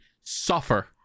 Suffer